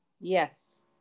Yes